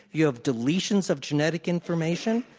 you have deletions of genetic information.